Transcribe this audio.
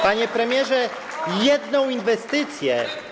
Panie premierze, jedną inwestycję.